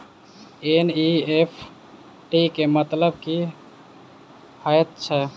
NEFT केँ मतलब की हएत छै?